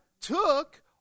took